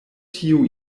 tiu